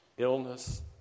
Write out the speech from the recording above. illness